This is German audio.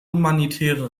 humanitäre